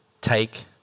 take